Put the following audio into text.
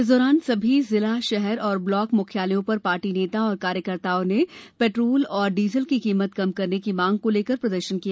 इस दौरान सभी जिला शहर और ब्लाक मुख्यालयों पर पार्टी नेता और कार्यकर्ताओं ने पेट्रोल और डीजल की कीमत कम करने की मांग को लेकर प्रदर्शन किया